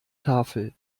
tafel